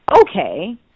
okay